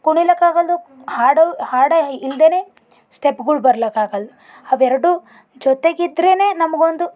ಕುಣಿಲಿಕ್ಕಾಗಲ್ದು ಹಾಡು ಹಾಡು ಇಲ್ದೇ ಸ್ಟೆಪ್ಪುಗಳು ಬರ್ಲಿಕ್ಕಾಗಲ್ಲ ಅವೆರಡು ಜೊತೆಗಿದ್ರೇ ನಮಗೊಂದು